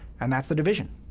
and that's the division.